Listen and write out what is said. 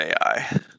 AI